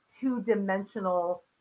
two-dimensional